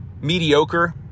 mediocre